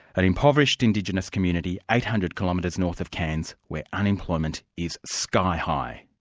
an impoverished indigenous community eight hundred kilometres north of cairns, where unemployment is sky high.